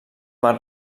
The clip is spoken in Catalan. van